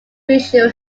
visual